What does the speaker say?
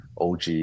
OG